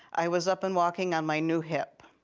i was up and walking on my new hip.